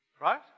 Right